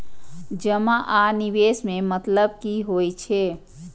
जमा आ निवेश में मतलब कि होई छै?